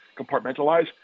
compartmentalize